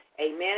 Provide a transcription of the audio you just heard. Amen